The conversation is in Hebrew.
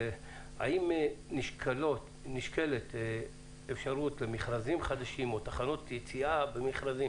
האם נשקלת אפשרות למכרזים חדשים או תחנות יציאה במכרזים